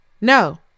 No